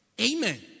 Amen